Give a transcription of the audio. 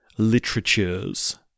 literature's